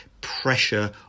pressure